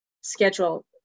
schedule